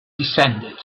descended